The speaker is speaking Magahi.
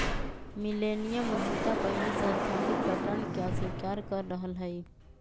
मिलेनियम उद्यमिता पहिले से स्थापित पैटर्न के अस्वीकार कर रहल हइ